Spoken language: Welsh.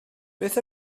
beth